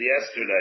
yesterday